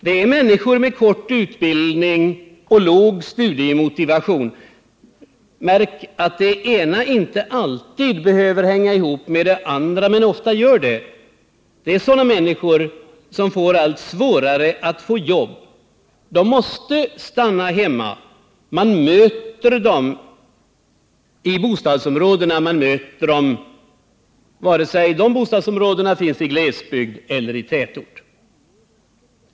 Det är människor med kort utbildning och låg studiemotivation — märk att det ena inte alltid hänger ihop med det andra men ofta gör det — som får allt svårare att få jobb. De måste stanna hemma. Man möter dem i bostadsområdena, vare sig dessa finns i glesbygd eller tätorter.